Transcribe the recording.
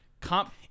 comp